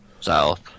South